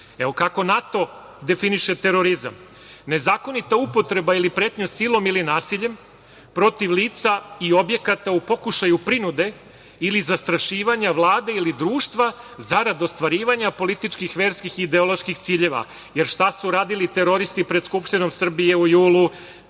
Evo, kako NATO definiše terorizam - nezakonita upotreba ili pretnja silom ili nasiljem protiv lica i objekata u pokušaju prinude ili zastrašivanja Vlade ili društva zarad ostvarivanja političkih, verskih i ideoloških ciljeva, jer šta su radili teroristi pred Skupštinom Srbije u julu,